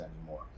anymore